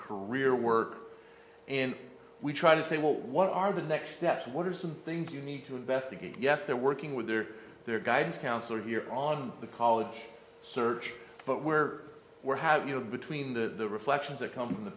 career work and we try to say well what are the next steps what are some things you need to investigate yes they're working with or their guidance counselor here on the college search but we're we're having you know in between the reflections that come from the